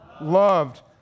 loved